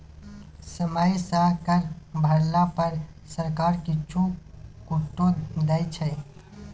समय सँ कर भरला पर सरकार किछु छूटो दै छै